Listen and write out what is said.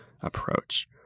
approach